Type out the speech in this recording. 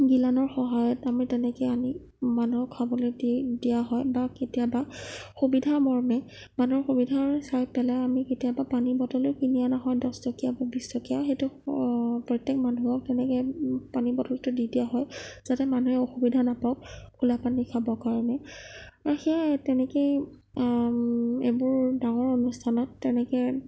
গিলানৰ সহায়ত আমি তেনেকে আনি মানুহক খাবলৈ দি দিয়া হয় বা কেতিয়াবা সুবিধা মৰ্মে মানুহৰ সুবিধা চাই পেলাই আমি কেতিয়াবা পানী বটলো কিনি অনা হয় দহ টকীয়া বিছ টকীয়া সেইটো প্ৰত্যেক মানুহক সেনেকৈ পানী বটলটো দি দিয়া হয় যাতে মানুহে অসুবিধা নাপাওক খোলা পানী খাবৰ কাৰণে সেই তেনেকৈয়ে এইবোৰ ডাঙৰ অনুস্থানত তেনেকৈ